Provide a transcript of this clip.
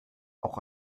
auch